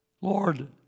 Lord